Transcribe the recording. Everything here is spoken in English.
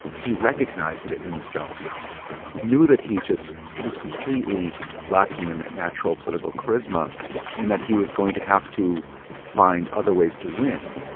he recognized it in himself knew that he just was completely lacking in that natural political charisma and that he was going to have to find other ways to win